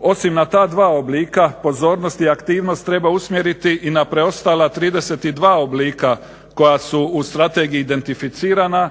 osim na ta dva oblika pozornost i aktivnost treba usmjeriti i na preostala 32 oblika koja su u strategiji identificirana